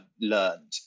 learned